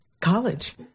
college